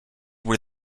were